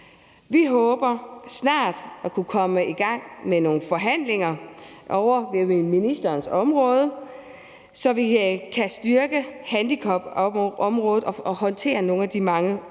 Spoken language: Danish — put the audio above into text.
Vi håber snart at kunne komme i gang med nogle forhandlinger ovre ved ministeren, så vi kan styrke handicapområdet og håndtere nogle af de mange udfordringer,